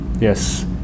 Yes